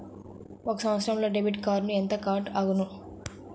ఒక సంవత్సరంలో డెబిట్ కార్డుకు ఎంత కట్ అగును?